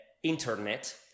internet